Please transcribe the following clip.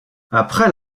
après